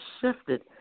shifted